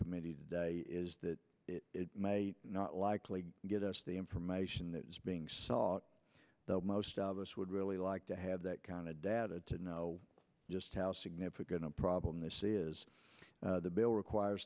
subcommittee today is that it may not likely get us the information that is being sought most of us would really like to have that kind of data to know just how significant a problem this is the bill requires